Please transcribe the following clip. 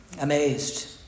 amazed